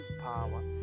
power